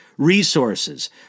Resources